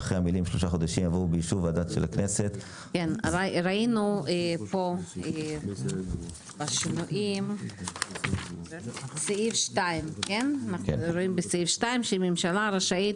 2. אנחנו רואים בסעיף 2 שהממשלה רשאית,